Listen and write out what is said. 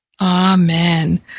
Amen